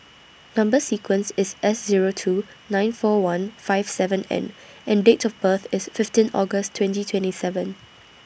Number sequence IS S Zero two nine four one five seven N and Date of birth IS fifteen August twenty twenty seven